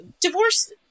divorce